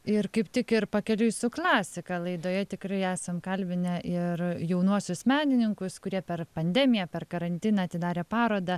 ir kaip tik ir pakeliui su klasika laidoje tikrai esam kalbinę ir jaunuosius menininkus kurie per pandemiją per karantiną atidarė parodą